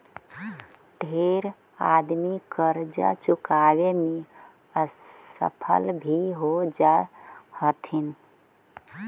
ढेर आदमी करजा चुकाबे में असफल भी हो जा हथिन